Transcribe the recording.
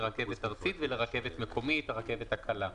לרכבת ארצית ולרכבת מקומית הרכבת הקלה.